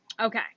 okay